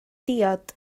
diod